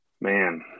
Man